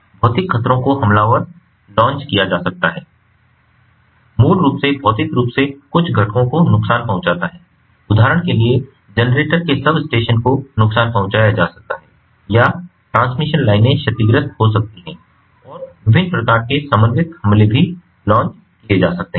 भौतिक खतरों को हमलावर लॉन्च किया जा सकता है मूल रूप से भौतिक रूप से कुछ घटकों को नुकसान पहुंचाता है उदाहरण के लिए जनरेटर के सबस्टेशन को नुकसान पहुंचाया जा सकता है या ट्रांसमिशन लाइनें क्षतिग्रस्त हो सकती हैं और विभिन्न प्रकार के समन्वित हमले भी लॉन्च किए जा सकते हैं